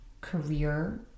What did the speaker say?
career